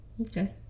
Okay